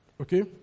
Okay